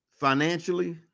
financially